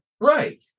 Right